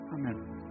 Amen